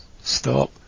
Stop